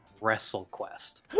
WrestleQuest